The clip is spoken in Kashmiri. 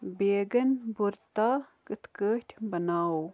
بیگن بُرتا کِتھ کٲٹھۍ بناوو